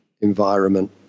environment